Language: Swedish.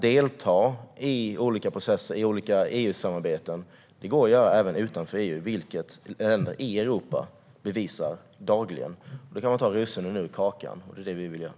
Delta i processer i olika EU-samarbeten kan vi göra även utanför EU, vilket länder i Europa bevisar dagligen. Då kan vi plocka russinen ur kakan, och det är det vi vill göra.